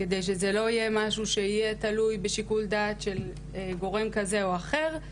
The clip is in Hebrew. כדי שזה לא יהיה משהו שיהיה תלוי בשיקול דעת של גורם כזה או אחר.